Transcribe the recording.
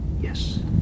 Yes